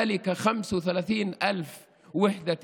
יש 35,000 יחידות